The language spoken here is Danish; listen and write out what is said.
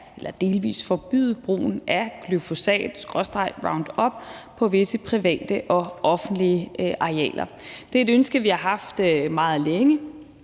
eller delvis forbyde brugen af glyfosat skråstreg Roundup på visse private og offentlige arealer. Det er et ønske, vi har haft meget længe.